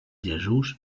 jesús